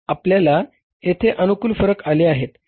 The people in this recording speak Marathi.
आपल्याला येथे अनुकूल फरक आले आहेत